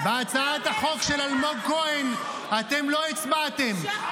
גם קודם, גם לפני רגע היו פה שתי הצעות חוק